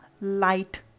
light